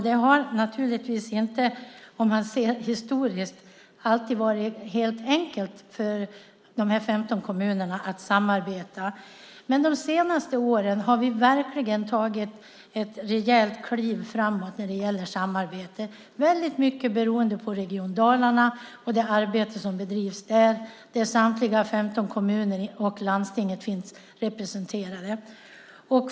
Det har naturligtvis inte, om man ser historiskt, alltid varit helt enkelt för de 15 kommunerna att samarbeta. Men de senaste åren har vi verkligen tagit ett rejält kliv framåt när det gäller samarbete, väldigt mycket beroende på Region Dalarna och det arbete som bedrivs där. Samtliga 15 kommuner och landstinget finns representerade där.